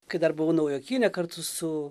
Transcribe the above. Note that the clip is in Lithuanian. kai dar buvau naujokyne kartu su